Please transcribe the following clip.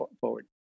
forward